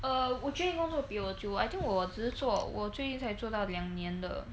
err 我觉得你工作比我久 I think 我最近才做到两年的